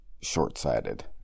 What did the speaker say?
short-sighted